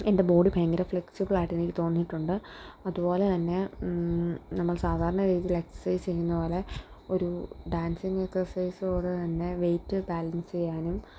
എൻ്റെ ബോഡി ഭയങ്കര ഫ്ലെക്സിബിളായിട്ടെനിക്ക് തോന്നിയിട്ടുണ്ട് അതുപോലെ തന്നെ നമ്മള് സാധാരണ രീതിയില് എക്സസൈസ് ചെയ്യുന്നത് പോലെ ഒരു ഡാൻസിങ് എക്സസൈസ് പോലെ തന്നെ വെയിറ്റ് ബാലൻസ് ചെയ്യാനും